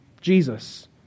Jesus